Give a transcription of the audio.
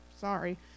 Sorry